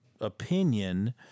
opinion